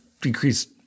decreased